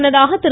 முன்னதாக திரு